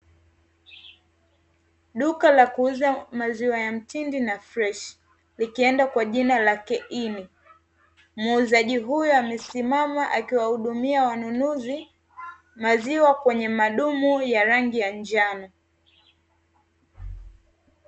Duka la kuuza maziwa ya mtindi na freshi likienda kwa jina la "keini", muuzaji huyo amesimama akiwahudumia wanunuzi maziwa kwenye madumu ya rangi ya njano.